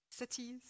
cities